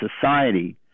society